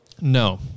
No